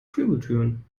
flügeltüren